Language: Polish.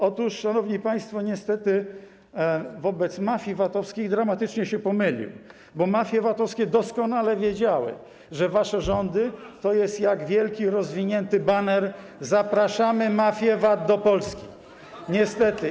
Otóż, szanowni państwo, niestety wobec mafii VAT-owskich dramatycznie się pomylił, bo mafie VAT-owskie doskonale wiedziały, że wasze rządy są jak wielki rozwinięty baner „Zapraszamy mafię VAT do Polski”, niestety.